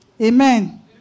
Amen